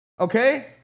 Okay